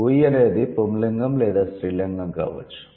'we' అనేది పుంలింగం లేదా స్త్రీలింగo కావచ్చు